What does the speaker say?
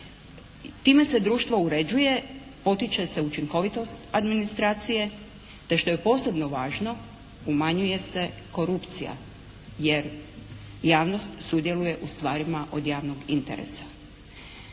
Time se društvo uređuje, potiče se učinkovitost administracije, te što je posebno važno umanjuje se korupcija, jer javnost sudjeluje u stvarima od javnog interesa.